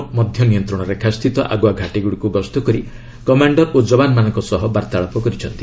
ଁ ମଧ୍ୟ ନିୟନ୍ତ୍ରଣରେଖାସ୍ଥିତ ଆଗୁଆ ଘାଟୀଗୁଡ଼ିକୁ ଗସ୍ତ କରି କମାଣ୍ଡର ଓ ଜବାନମାନଙ୍କ ସହ ବାର୍ତ୍ତାଳାପ କରିଛନ୍ତି